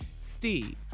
Steve